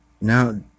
Now